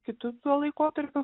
kitu tuo laikotarpiu